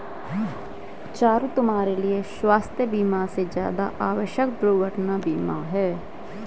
चारु, तुम्हारे लिए स्वास्थ बीमा से ज्यादा आवश्यक दुर्घटना बीमा है